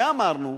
ואמרנו: